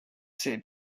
same